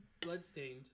Bloodstained